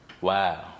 Wow